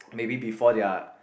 maybe before their